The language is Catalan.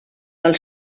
del